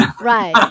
Right